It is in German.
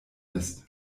ist